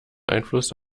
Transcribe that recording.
einfluss